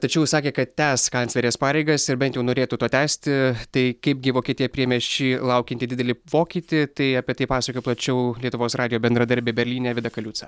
tačiau sakė kad tęs kanclerės pareigas ir bent jau norėtų to tęsti tai kaipgi vokietija priėmė šį laukiantį didelį pokytį tai apie tai pasakoja plačiau lietuvos radijo bendradarbė berlyne vida kaliuca